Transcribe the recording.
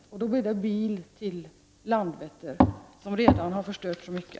Det blir fråga om att åka bil till Landvetter, som redan har förstört så mycket.